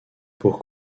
pour